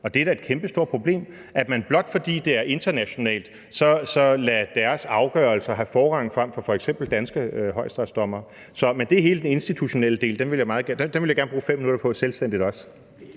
Det er da et kæmpestort problem, at man, blot fordi det er internationalt, lader deres afgørelser have forrang frem for f.eks. danske højesteretsdommere. Men det er hele den institutionelle del. Den ville jeg også gerne bruge 5 minutter på selvstændigt.